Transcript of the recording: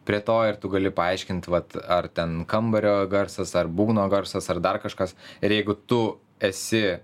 prie to ir tu gali paaiškint vat ar ten kambario garsas ar būgno garsas ar dar kažkas ir jeigu tu esi